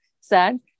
sad